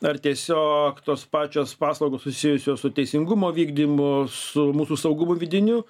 ar tiesiog tos pačios paslaugos susijusios su teisingumo vykdymu su mūsų saugumu vidiniu